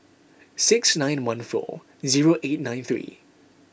six nine one four zero eight nine three